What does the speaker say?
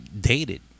dated